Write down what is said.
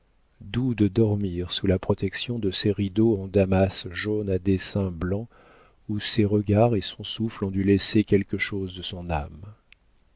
doux de dormir sous la protection de ces rideaux en damas jaune à dessins blancs où ses regards et son souffle ont dû laisser quelque chose de son âme